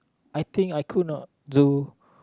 I think I could not do